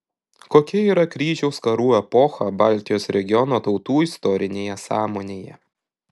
kokia yra kryžiaus karų epocha baltijos regiono tautų istorinėje sąmonėje